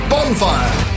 Bonfire